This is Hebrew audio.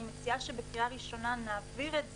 אני מציעה שבקריאה ראשונה נעביר את זה,